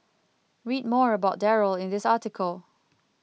read more about Darryl in this article